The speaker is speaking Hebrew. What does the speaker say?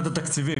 בתקציבים,